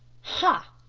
ha!